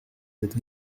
cette